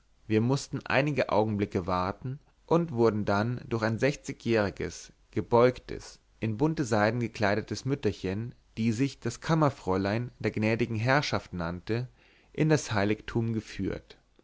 wir mußten einige augenblicke warten und wurden dann durch ein sechzigjähriges gebeugtes in bunte seide gekleidetes mütterchen die sich das kammerfräulein der gnädigen herrschaft nannte in das heiligtum geführt